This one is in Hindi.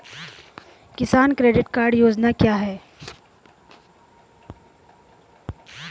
किसान क्रेडिट कार्ड योजना क्या है?